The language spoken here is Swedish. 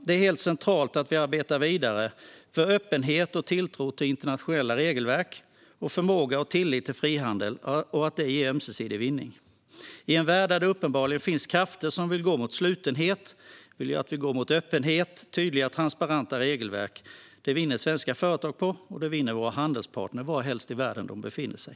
Det är helt centralt att vi arbetar vidare för öppenhet, för tilltro till internationella regelverks förmåga och för tillit till frihandel och att detta ger ömsesidig vinning. I en värld där det uppenbarligen finns krafter som vill gå mot slutenhet vill jag att vi går mot öppenhet och tydliga och transparenta regelverk. Det vinner svenska företag på, och det vinner våra handelspartner på varhelst i världen de befinner sig.